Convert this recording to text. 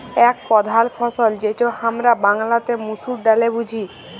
এক প্রধাল ফসল যেটা হামরা বাংলাতে মসুর ডালে বুঝি